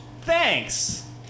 Thanks